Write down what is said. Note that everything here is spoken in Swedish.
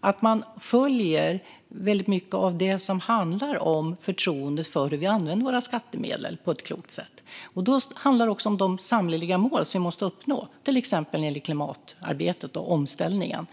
att man följer väldigt mycket av det som handlar om förtroendet för hur vi använder våra skattemedel på ett klokt sätt. Då handlar det också om de samhälleliga mål som måste uppnås till exempel när det gäller klimatarbetet och omställningen.